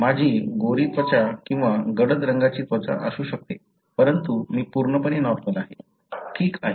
माझी गोरी त्वचा किंवा गडद रंगाची त्वचा असू शकते परंतु मी पूर्णपणे नॉर्मल आहे ठीक आहे